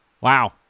Wow